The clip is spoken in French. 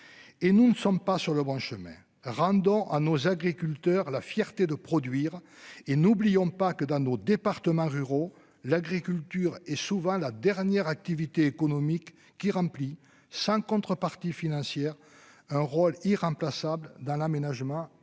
Et nous ne sommes pas sur le bon chemin, rendant à nos agriculteurs. La fierté de produire et n'oublions pas que dans nos départements ruraux. L'agriculture est souvent la dernière activité économique qui remplit sans contrepartie financière, un rôle irremplaçable dans l'aménagement et